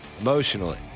Emotionally